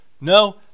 no